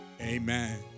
amen